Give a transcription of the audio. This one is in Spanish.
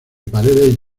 paredes